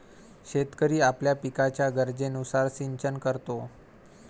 शेतकरी आपल्या पिकाच्या गरजेनुसार सिंचन करतो